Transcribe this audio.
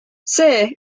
see